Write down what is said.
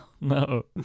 No